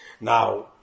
Now